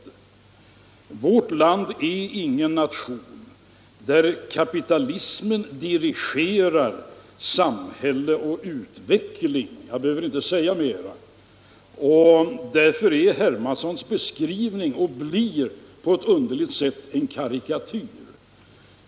Vårt land är ingen nation där kapitalismen dirigerar samhälle och utveckling. Jag behöver inte säga mera. Därför blir herr Hermanssons beskrivning på något underligt sätt en karikatyr.